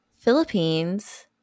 Philippines